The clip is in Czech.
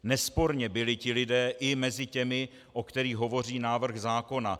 Nesporně byli ti lidé i mezi těmi, o kterých hovoří návrh zákona.